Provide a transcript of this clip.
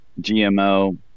GMO